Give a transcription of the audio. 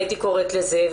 הייתי קוראת לזה,